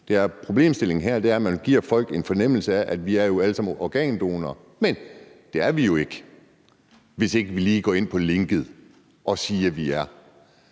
problemstillingen her er, at man giver folk en fornemmelse af, at vi alle sammen er organdonorer, men det er vi jo ikke, hvis ikke vi lige går ind på linket og siger, at det er